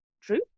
true